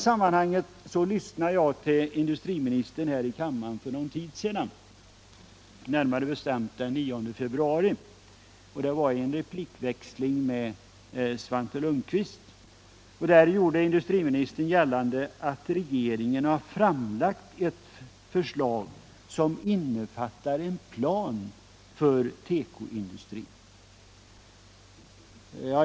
Jag lyssnade till industriministern här i kammaren för någon tid sedan, närmare bestämt den 9 februari, i en replikväxling med Svante Lundkvist, där industriministern gjorde gällande att regeringen framlagt ett förslag som innefattade en plan för tekoindustrin.